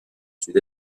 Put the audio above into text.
sud